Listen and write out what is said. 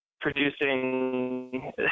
producing